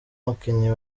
umukinnyi